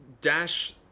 dash